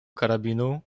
karabinu